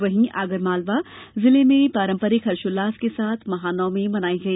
वहीं आगर मालवा जिले में पारंपरिक हर्षोल्लास के साथ महानवमी मनाई गई